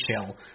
chill